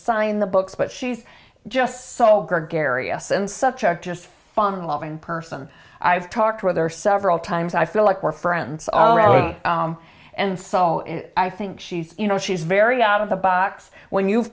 sign the books but she's just so greg area since such are just fun loving person i've talked with her several times i feel like we're friends already and so i think she's you know she's very out of the box when you've